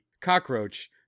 cockroach